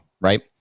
Right